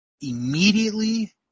immediately